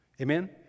Amen